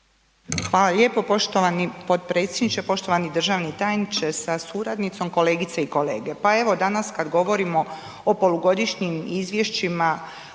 Hvala lijepo poštovani potpredsjedniče, poštovani državni tajniče sa suradnicom, kolegice i kolege, pa evo danas kad govorimo o polugodišnjim izvješćima